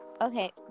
Okay